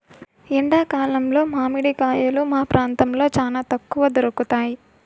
ఎండా కాలంలో మామిడి కాయలు మా ప్రాంతంలో చానా తక్కువగా దొరుకుతయ్